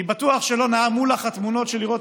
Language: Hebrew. אני בטוח שלא נעמו לך התמונות לראות